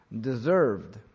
deserved